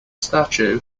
statue